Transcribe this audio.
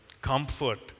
comfort